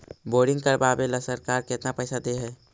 Boring करबाबे ल सरकार केतना पैसा दे है?